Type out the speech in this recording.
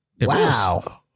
Wow